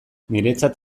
niretzat